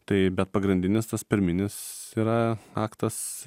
tai bet pagrindinis tas pirminis yra aktas